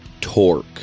torque